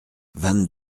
vingt